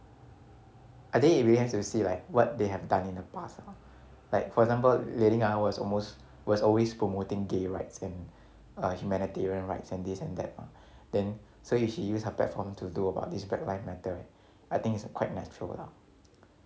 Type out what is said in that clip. I think to see like what they have done in the past ah like for example was almost always promoting gay rights and humanitarian rights and this and that mah then so if he used her platform to do about his black life matter I think it's quite natural lah ya then I think taylor's with cheese she mentioned that she didn't post anything on the back ice method as she knew she would receive a long ahead about it so I think she decided to like do things on her own